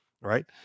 right